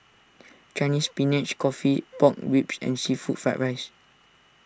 Chinese Spinach Coffee Pork Ribs and Seafood Fried Rice